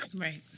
Right